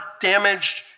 damaged